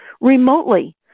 remotely